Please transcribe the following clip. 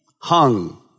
hung